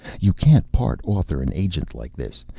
you can't part author and agent like this.